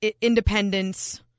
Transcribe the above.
independence